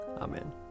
Amen